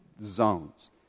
zones